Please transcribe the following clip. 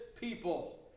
people